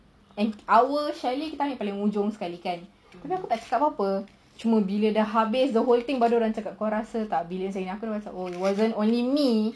our chalet time kita ambil yang paling hujung sekali kan tapi aku tak cakap apa-apa cuma bila dah habis the whole thing baru orang cakap kau rasa bila oh it wasn't only me